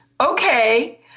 Okay